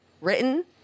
written